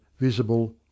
visible